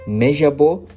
measurable